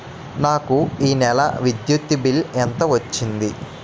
నాకు ఈ నెల విద్యుత్ బిల్లు ఎంత వచ్చింది?